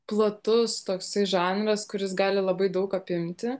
platus toksai žanras kuris gali labai daug apimti